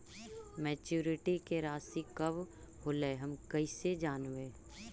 Maturity के रासि कब होलै हम कैसे जानबै?